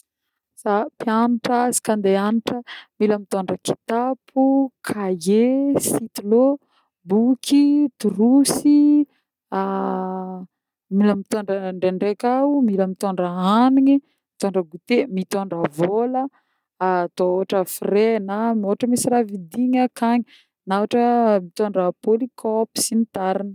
Zah mpianatra izy koà andeha hianatra: mila mitôndra kitapo, cahier, sitylo, boky, troussy, mila mitondra ndraindray koa mila mitôndra hanigny, mitondra goûté, mitondra vôla atô ohatra frais na ohatra misy raha vidigny akagny, na ohatra mitondra polycope sy ny tariny.